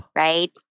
right